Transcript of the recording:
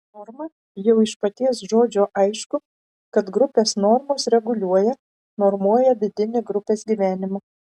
norma jau iš paties žodžio aišku kad grupės normos reguliuoja normuoja vidinį grupės gyvenimą